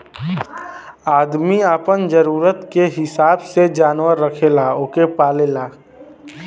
आदमी आपन जरूरत के हिसाब से जानवर रखेला ओके पालेला